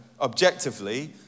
objectively